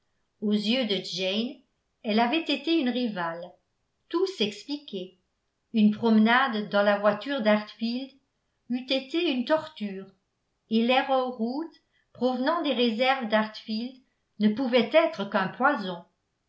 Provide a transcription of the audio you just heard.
aux yeux de jane elle avait été une rivale tout s'expliquait une promenade dans la voiture d'hartfield eût été une torture et larrow root provenant des réserves d'hartfield ne pouvait être qu'un poison